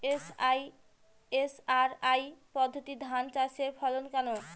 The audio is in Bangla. এস.আর.আই পদ্ধতি ধান চাষের ফলন কেমন?